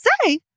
say